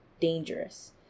dangerous